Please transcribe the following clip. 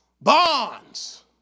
bonds